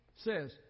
says